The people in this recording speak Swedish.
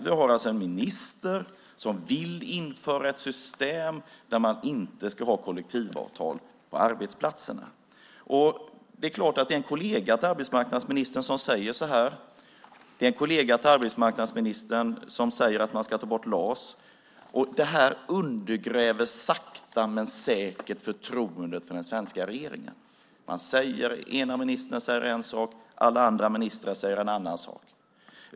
Vi har alltså en minister som vill införa ett system där man inte ska ha kollektivavtal på arbetsplatserna. Det är en kollega till arbetsmarknadsministern som säger så. Det är en kollega till arbetsmarknadsministern som säger att man ska ta bort LAS. Det undergräver sakta men säkert förtroendet för den svenska regeringen. En minister säger en sak, alla andra ministrar säger en annan sak.